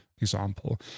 example